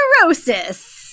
Neurosis